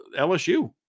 LSU